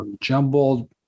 jumbled